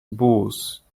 booze